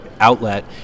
outlet